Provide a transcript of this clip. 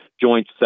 joint